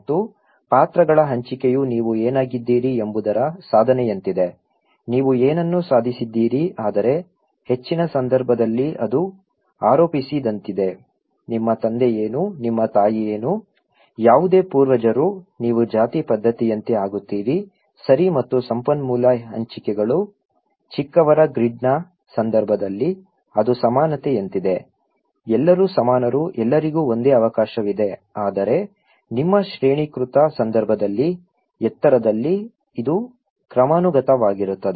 ಮತ್ತು ಪಾತ್ರಗಳ ಹಂಚಿಕೆಯು ನೀವು ಏನಾಗಿದ್ದೀರಿ ಎಂಬುದರ ಸಾಧನೆಯಂತಿದೆ ನೀವು ಏನನ್ನು ಸಾಧಿಸಿದ್ದೀರಿ ಆದರೆ ಹೆಚ್ಚಿನ ಸಂದರ್ಭದಲ್ಲಿ ಅದು ಆರೋಪಿಸಿದಂತಿದೆ ನಿಮ್ಮ ತಂದೆ ಏನು ನಿಮ್ಮ ತಾಯಿ ಏನು ಯಾವುದೇ ಪೂರ್ವಜರು ನೀವು ಜಾತಿ ಪದ್ಧತಿಯಂತೆ ಆಗುತ್ತೀರಿ ಸರಿ ಮತ್ತು ಸಂಪನ್ಮೂಲ ಹಂಚಿಕೆಗಳು ಚಿಕ್ಕವರ ಗ್ರಿಡ್ನ ಸಂದರ್ಭದಲ್ಲಿ ಅದು ಸಮಾನತೆಯಂತಿದೆ ಎಲ್ಲರೂ ಸಮಾನರು ಎಲ್ಲರಿಗೂ ಒಂದೇ ಅವಕಾಶವಿದೆ ಆದರೆ ನಿಮ್ಮ ಶ್ರೇಣೀಕೃತ ಸಂದರ್ಭದಲ್ಲಿ ಎತ್ತರದಲ್ಲಿ ಇದು ಕ್ರಮಾನುಗತವಾಗಿರುತ್ತದೆ